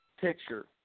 picture